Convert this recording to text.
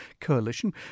Coalition